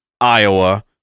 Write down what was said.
Iowa